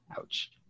Ouch